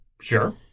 Sure